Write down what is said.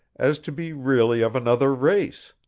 as to be really of another race.